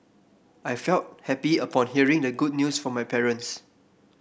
I felt happy upon hearing the good news from my parents